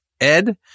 Ed